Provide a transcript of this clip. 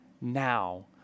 now